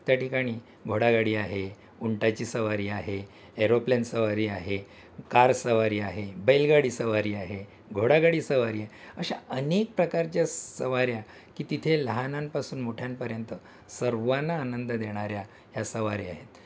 त्या ठिकाणी घोडागाडी आहे उंटाची सवारी आहे एरोप्लेन सवारी आहे कार सवारी आहे बैलगाडी सवारी आहे घोडागाडी सवारी आहे अशा अनेक प्रकारच्या सवाऱ्या की तिथे लहानांपासून मोठ्यांपर्यंत सर्वांना आनंद देणाऱ्या ह्या सवाऱ्या आहेत